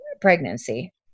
pregnancy